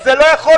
זה לא יעבור